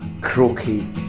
croaky